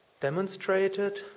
demonstrated